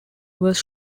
was